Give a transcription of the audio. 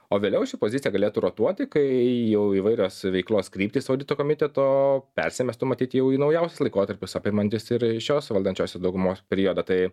o vėliau ši pozicija galėtų rotuoti kai jau įvairios veiklos kryptis audito komiteto persimestų matyt jau į naujausius laikotarpius apimantys ir šios valdančiosios daugumos periodą tai